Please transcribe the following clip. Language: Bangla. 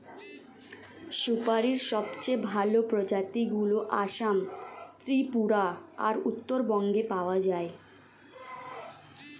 সুপারীর সবচেয়ে ভালো প্রজাতিগুলো আসাম, ত্রিপুরা আর উত্তরবঙ্গে পাওয়া যায়